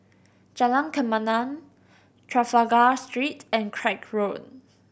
Jalan Kemaman Trafalgar Street and Craig Road